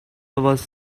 was